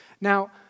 Now